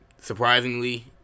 Surprisingly